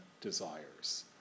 desires